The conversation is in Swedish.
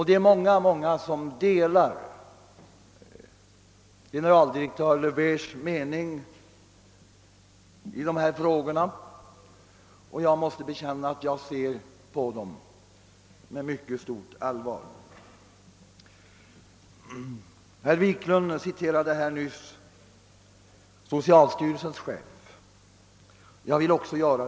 Det är många, många som delar generaldirektör Löwbeers mening i dessa frågor, och jag måste bekänna att jag ser på dessa frågor med mycket stort allvar. Herr Wiklund citerade nyss socialstyrelsens chef, och det vill jag också göra.